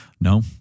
no